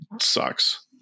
sucks